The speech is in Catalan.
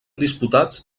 disputats